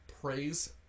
praise